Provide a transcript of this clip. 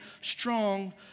strong